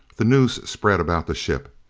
the news spread about the ship.